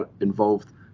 involved